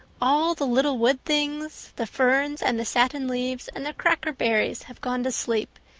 all the little wood things the ferns and the satin leaves and the crackerberries have gone to sleep,